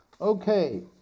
okay